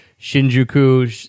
Shinjuku